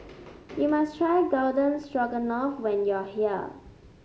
you must try Garden Stroganoff when you are here